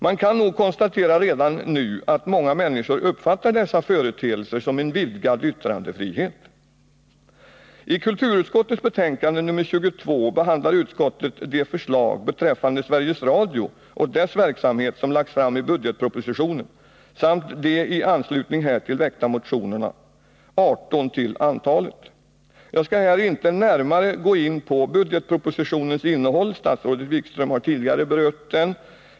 Man kan nog redan nu konstatera att många människor uppfattar dessa företeelser som uttryck för en vidgad yttrandefrihet. Jag skall här inte närmare gå in på budgetpropositionens innehåll — statsrådet Wikström har tidigare berört den.